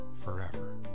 forever